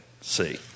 See